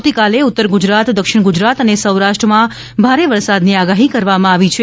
આવતીકાલે ઉત્તરગુજરાત દક્ષિણ ગુજરાત અને સૌરાષ્ટ્રમાં ભારે વરસાદની આગાહી કરવામાં આવી છે